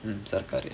mm Sarkar